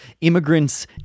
immigrants